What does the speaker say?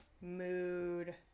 mood